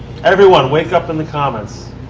everyone, wake up in the comments.